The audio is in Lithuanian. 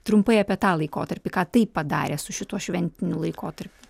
trumpai apie tą laikotarpį ką tai padarė su šituo šventiniu laikotarpiu